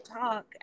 Talk